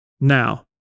now